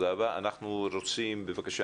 אני רוצים בבקשה,